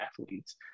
athletes